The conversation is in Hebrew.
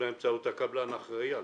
הוא יפורק על ידי הקבלן האחראי עליו.